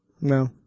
No